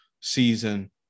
season